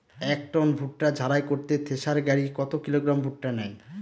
এক টন ভুট্টা ঝাড়াই করতে থেসার গাড়ী কত কিলোগ্রাম ভুট্টা নেয়?